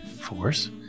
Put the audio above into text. force